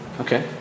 Okay